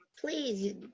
Please